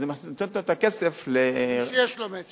אז אני נותן את הכסף, למי שיש לו "מצ'ינג".